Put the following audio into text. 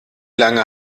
lange